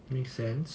make sense